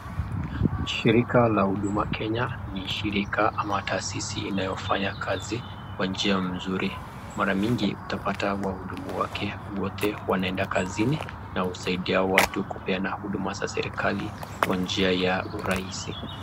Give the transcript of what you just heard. Shirika la huduma Kenya, ni shirika ama taasisi inayofanya kazi kwa njia mzuri, mara mingi utapata wahudumu wake wote wanaenda kazini na husaidia watu kupeana huduma za serikali kwa nia ya urahisi.